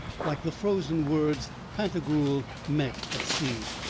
like the frozen words pantagruel met at sea.